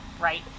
right